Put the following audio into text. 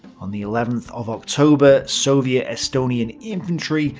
on the eleventh of october, soviet-estonian infantry,